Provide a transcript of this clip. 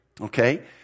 okay